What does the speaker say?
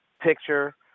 picture